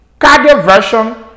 cardioversion